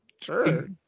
sure